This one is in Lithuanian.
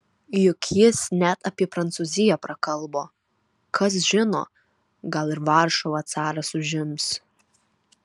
juk jis net apie prancūziją prakalbo kas žino gal ir varšuvą caras užims